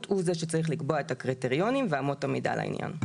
הוא זה שצריך לקבוע את הקריטריונים ואמות המידה לעניין.